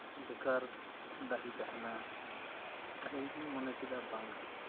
ᱵᱮᱠᱟᱨ ᱰᱟᱹᱦᱤ ᱛᱟᱦᱮᱱᱟ ᱟᱫᱚ ᱤᱧ ᱦᱩᱧ ᱢᱚᱱᱮ ᱠᱮᱫᱟ ᱵᱟᱝ